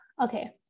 okay